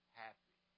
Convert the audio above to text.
happy